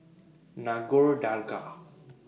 Nagore Dargah